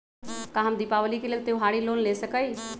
का हम दीपावली के लेल त्योहारी लोन ले सकई?